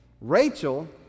Rachel